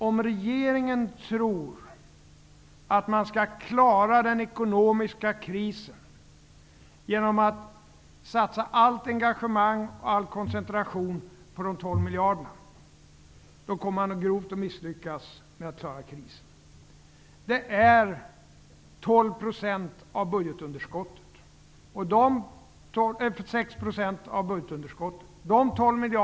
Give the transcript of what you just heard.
Om regeringen tror att man skall klara den ekonomiska krisen genom att satsa allt engagemang och all koncentration på dessa 12 miljarder kommer man att misslyckas grovt med att klara krisen. Dessa 12 miljarder är 6 % av budgetunderskottet.